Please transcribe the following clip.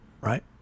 right